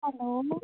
hello